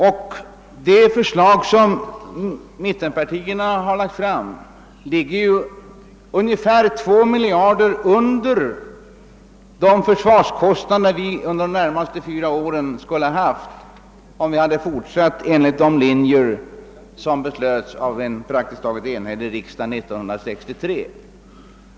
Enligt det förslag som mittenpartierna har lagt fram skulle försvarskostnaderna bli ungefär 2 miljarder lägre än vad dessa skulle ha varit under de närmaste fyra åren, om vi fortsatt enligt de riktlinjer som beslöts av en praktiskt taget enhällig riksdag 1963.